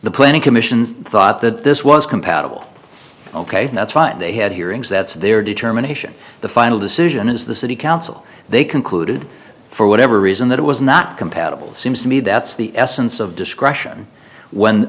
the planning commission thought that this was compatible ok that's fine they had hearings that's their determination the final decision is the city council they concluded for whatever reason that it was not compatible it seems to me that's the essence of discretion when